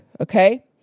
Okay